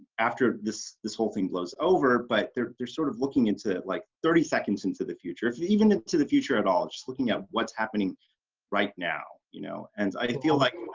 after this this whole thing blows over but they're they're sort of looking into like thirty seconds into the future if you're even into the future at all. just looking at what's happening right now you know and i feel like